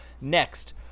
next